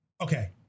Okay